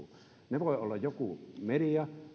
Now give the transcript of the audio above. se voi olla joku media